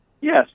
Yes